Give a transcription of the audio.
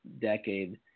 decade